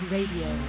Radio